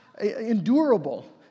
endurable